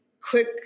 quick